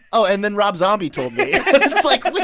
oh, and then rob zombie told me it's like, wait.